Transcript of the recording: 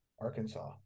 Arkansas